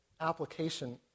application